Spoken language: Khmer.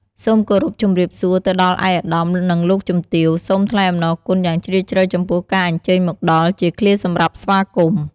សូមគោរពជម្រាបសួរទៅដល់ឯកឧត្តម និងលោកជំទាវ សូមថ្លែងអំណរគុណយ៉ាងជ្រាលជ្រៅចំពោះការអញ្ជើញមកដល់ ជាឃ្លាសម្រាប់ស្វាគមន៍។